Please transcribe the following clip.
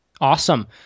awesome